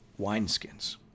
wineskins